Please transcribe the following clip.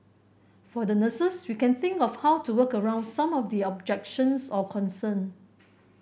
for the nurses we can think of how to work around some of the objections or concern